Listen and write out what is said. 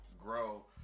grow